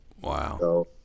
Wow